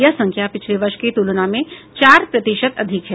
यह संख्या पिछले वर्ष की तुलना में चार प्रतिशत अधिक है